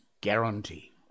guarantee